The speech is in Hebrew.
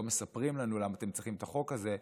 מספרים לנו למה אתם צריכים את החוק הזה,